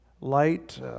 light